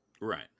Right